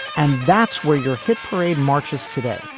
and that's where your hit parade marches today.